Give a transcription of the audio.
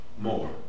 more